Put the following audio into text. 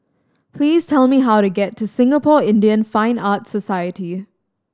please tell me how to get to Singapore Indian Fine Arts Society